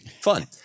fun